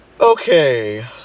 Okay